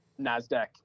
Nasdaq